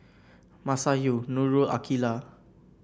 Masayu Nurul and Aqeelah